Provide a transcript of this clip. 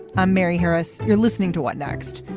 i'm mary harris. you're listening to what next.